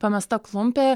pamesta klumpė